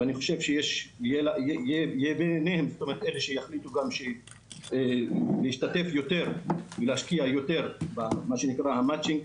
ואני חושב שיש כאלה שיחליטו גם להשקיע יותר במה שנקרא ה- matching.